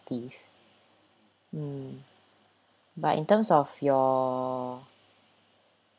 mm but in terms of your